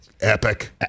Epic